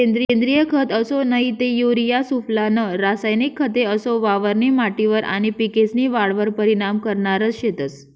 सेंद्रिय खत असो नही ते युरिया सुफला नं रासायनिक खते असो वावरनी माटीवर आनी पिकेस्नी वाढवर परीनाम करनारज शेतंस